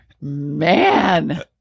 Man